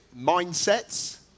mindsets